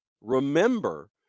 Remember